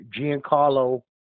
Giancarlo